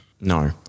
No